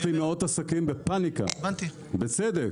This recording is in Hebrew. יש לי מאות עסקים בפאניקה, בצדק.